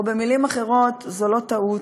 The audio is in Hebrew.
או במילים אחרות, זו לא טעות,